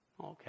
Okay